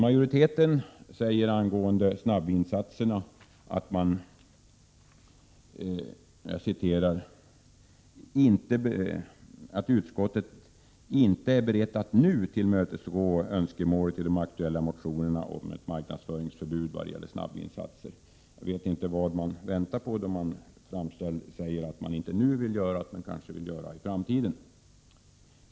Majoriteten säger angående snabbvinsatserna: ”Utskottet är därför inte berett att nu tillmötesgå önskemålet i de aktuella motionerna om ett marknadsföringsförbud.” Jag vet inte vad man väntar på när man säger att man inte nu vill göra någonting, men kanske i framtiden.